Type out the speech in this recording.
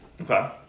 Okay